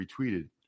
retweeted